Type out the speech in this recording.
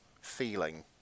feeling